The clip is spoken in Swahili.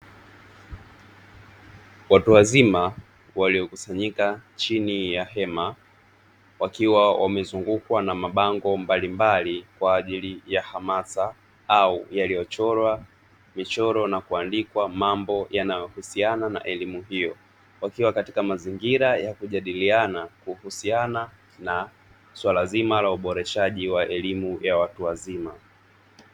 Watu wazima waliokusanyika chini ya hema wakiwa wamezungukwa na mabango mbalimbali kwa ajili ya hamasa au yaliyochorwa michoro na kuandikwa mambo yanayohusiana na elimu hiyo, wakiwa katika mazingira ya kujadiliana kuhusiana na suala zima la uboreshaji wa elimu ya watu wazima.